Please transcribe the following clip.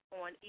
on